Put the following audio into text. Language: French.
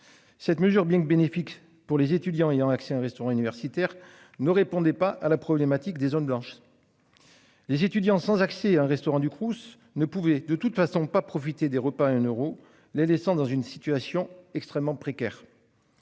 Cette mesure bien que bénéfique pour les étudiants ayant accès à un restaurant universitaire ne répondait pas à la problématique des zones blanches. Les étudiants sans accès un restaurant du Crous ne pouvait de toute façon pas profiter des repas à un euro, les laissant dans une situation extrêmement précaire.